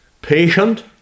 Patient